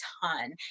ton